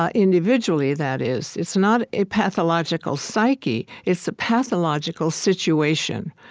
ah individually, that is. it's not a pathological psyche it's a pathological situation.